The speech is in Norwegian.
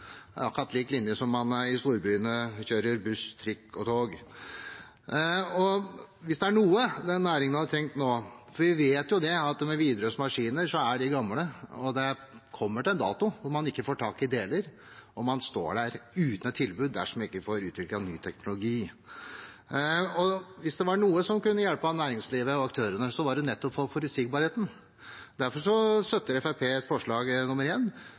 noe denne næringen hadde trengt nå – for vi vet at Widerøes maskiner er gamle, og det kommer en dato da man ikke får tak i deler, og man står der uten et tilbud dersom vi ikke får utviklet ny teknologi – hvis det er noe som kunne ha hjulpet næringslivet og aktørene, er det forutsigbarhet. Derfor er Fremskrittspartiet med på forslag nr. 1, rett og slett for